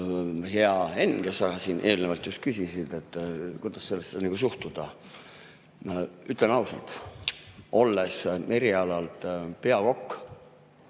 Hea Henn, kes sa eelnevalt just küsisid, et kuidas sellesse nagu suhtuda! Ütlen ausalt, olles erialalt peakokk,